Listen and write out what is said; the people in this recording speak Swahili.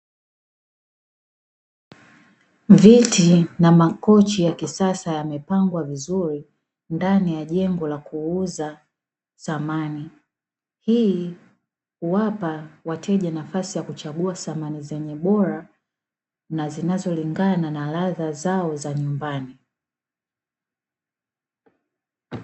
Viti na makochi ya kisasa, yamepangwa vizuri ndani ya jengo la kuuza samani. Hii uwapa wateja sehemu ya kuchagua samani zenye ubora na zinazolinga, na ladha zao za nyumbani.